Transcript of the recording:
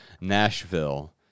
Nashville